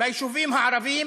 ביישובים הערביים